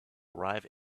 arrive